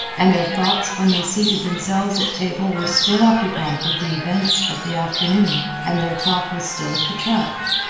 and their thoughts when they seated themselves at table were still occupied with the events of the afternoon, and their talk was still of the track.